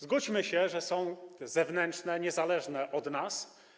Zgódźmy się, że są zewnętrzne, niezależne od nas.